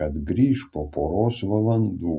kad grįš po poros valandų